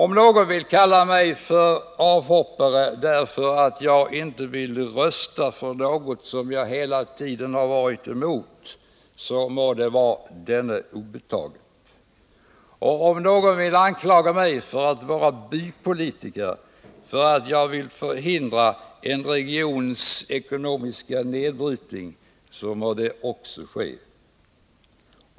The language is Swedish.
Om någon vill kalla mig för avhoppare, därför att jag inte vill rösta för något som jag hela tiden varit emot, så må det vara denne obetaget. Om någon vill anklaga mig för att vara bypolitiker därför att jag vill förhindra en regions ekonomiska nedbrytning, så må det också ske.